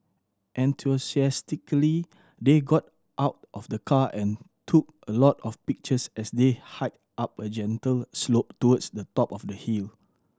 enthusiastically they got out of the car and took a lot of pictures as they hiked up a gentle slope towards the top of the hill